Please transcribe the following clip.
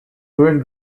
great